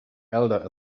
elder